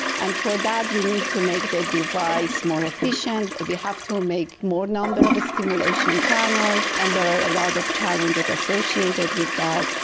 and for that we need to make the device more efficient. we have to make more numbers of stimulation channels, and there are a lot of challenges associated with that,